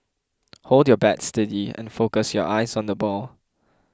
hold your bat steady and focus your eyes on the ball